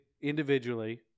individually